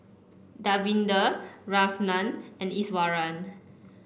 Davinder Ramnath and Iswaran